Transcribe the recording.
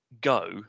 Go